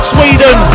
Sweden